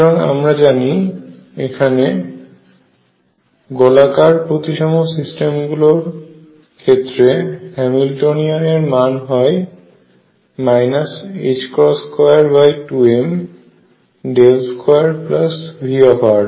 সুতরাং আমরা জানি এখানে গোলাকার প্রতিসম সিস্টেমগুলো ক্ষেত্রে হ্যামিল্টনিয়ান এর মান হয় 22m2V